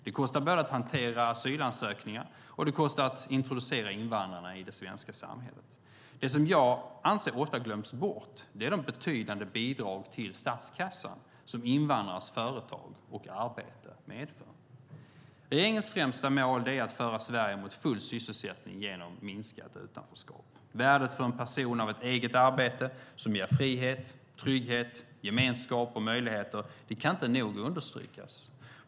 Det kostar både att hantera asylansökningen och att introducera invandrarna i det svenska samhället. Det som jag anser ofta glöms bort är de betydande bidrag till statskassan som invandrares företag och arbete medför. Regeringens främsta mål är att föra Sverige mot full sysselsättning genom minskat utanförskap. Värdet för en person av ett eget arbete, som ger frihet, trygghet, gemenskap och möjligheter, kan inte nog understrykas.